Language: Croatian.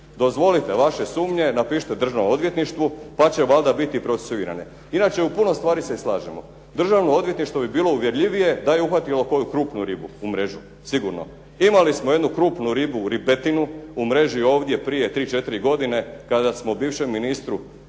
Dozvolite vaše sumnje, napišite državnom odvjetništvu pa će valjda biti procesuirane. Inače u puno se stvari slažemo. Državno odvjetništvo bi bilo uvjerljivije da je uhvatilo koju krupnu ribu u mrežu. Sigurno. Imali smo jednu krupnu ribu, ribetinu u mreži ovdje prije 3, 4 godine kada smo bivšem ministru